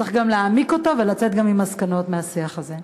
צריך גם להעמיק אותו ולצאת עם מסקנות מהשיח הזה.